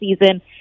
season